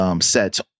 sets